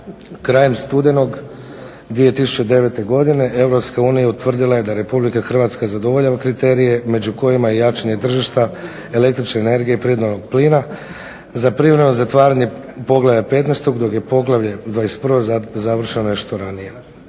Krajem studenog 2009. godine Europska unija utvrdila je da Republika Hrvatska zadovoljava kriterije među kojima i jačanje tržišta električne energije prirodnoga plina za privremeno zatvaranje Poglavlja XV. dok je Poglavlje XXI. završeno nešto ranije.